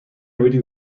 reading